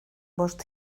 bost